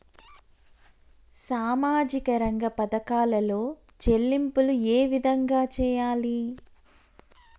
సామాజిక రంగ పథకాలలో చెల్లింపులు ఏ విధంగా చేయాలి?